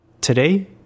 Today